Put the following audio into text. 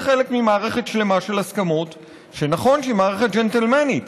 זה חלק ממערכת שלמה של הסכמות שנכון שהיא מערכת ג'נטלמנית,